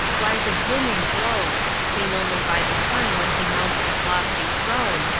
lies a blooming grove, seen only by the sun when he mounts his lofty throne,